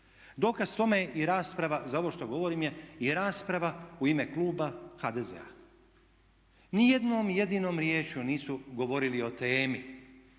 Dokaz tome za ovo što govorim je i rasprava u ime kluba HDZ-a. Nijednom jedinom riječju nisu govorili o temi